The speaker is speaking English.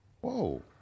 Whoa